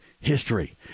history